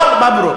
מברוכ.